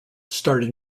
starred